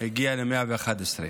הגיע ל-111.